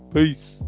Peace